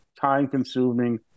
time-consuming